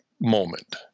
moment –